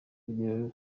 rugerero